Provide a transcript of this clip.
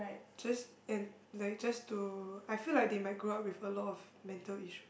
just and like just to I feel that they might grow up with a lot of mental issue